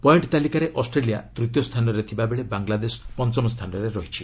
ପଏଙ୍କ ତାଲିକାରେ ଅଷ୍ଟ୍ରେଲିଆ ତୃତୀୟ ସ୍ଥାନରେ ଥିବାବେଳେ ବାଂଲାଦେଶ ପଞ୍ଚମ ସ୍ଥାନରେ ରହିଛି